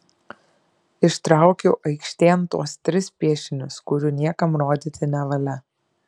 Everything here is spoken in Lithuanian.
ištraukiu aikštėn tuos tris piešinius kurių niekam rodyti nevalia